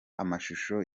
amashusho